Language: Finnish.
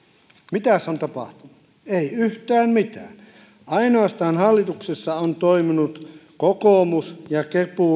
mitä on tapahtunut ei yhtään mitään hallituksessa ovat toimineet ainoastaan kokoomus ja